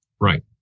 Right